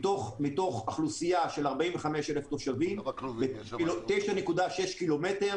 מתוך אוכלוסייה של 45 אלף תושבים ו-9.6 קילומטר